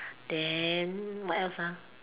then what else ah